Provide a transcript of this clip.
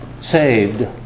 saved